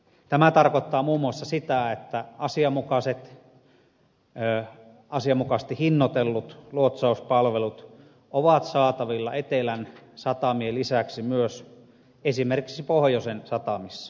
tämä tarkoittaa muun muassa sitä että asianmukaisesti hinnoitellut luotsauspalvelut ovat saatavilla etelän satamien lisäksi myös esimerkiksi pohjoisen satamissa